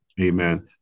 Amen